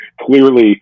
clearly